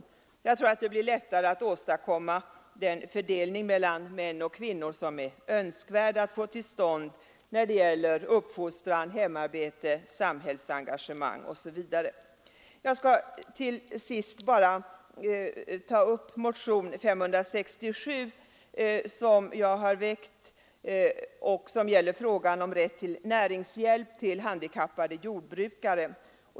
Jag tror att det med kortare arbetsvecka blir lättare att åstadkomma den fördelning mellan män och kvinnor som är önskvärd att få till stånd när det gäller uppfostran, hemarbete, samhällsengagemang osv. Jag skall till sist ta upp motionen 567 som gäller frågan om rätt till näringshjälp till handikappade jordbrukare.